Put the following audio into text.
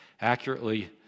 accurately